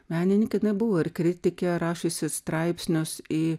menininkė jinai buvo ir kritikė rašiusi straipsnius į